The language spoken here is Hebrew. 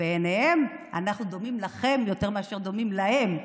בעיניהם אנחנו דומים לכם יותר מאשר דומים להם,